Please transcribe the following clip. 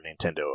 Nintendo